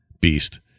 beast